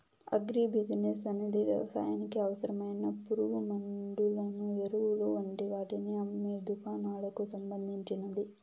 agri business అనేది వ్యవసాయానికి అవసరమైన పురుగుమండులను, ఎరువులు వంటి వాటిని అమ్మే దుకాణాలకు సంబంధించింది